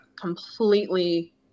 completely